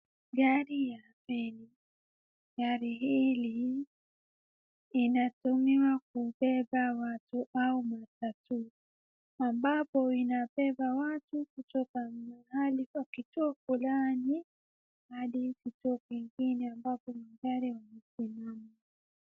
Gari ya, gari hili inatumiwa kubeba watu au matatu, ambapo inabeba watu kutoka mahali kwa kituo fulani, hadi kituo kingine ambapo magari yamesimama.